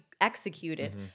executed